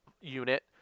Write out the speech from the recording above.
unit